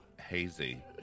hazy